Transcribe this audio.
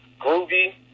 groovy